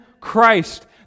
Christ